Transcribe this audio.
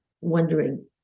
wondering